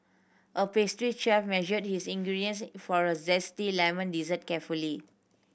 a pastry chef measured his ingredients for a zesty lemon dessert carefully